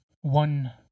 one